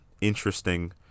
interesting